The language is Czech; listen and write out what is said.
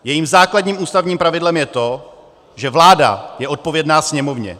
Jejím základním ústavním pravidlem je to, že vláda je odpovědná Sněmovně.